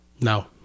no